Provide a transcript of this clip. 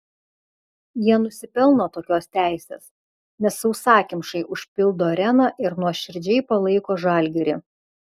jie nusipelno tokios teisės nes sausakimšai užpildo areną ir nuoširdžiai palaiko žalgirį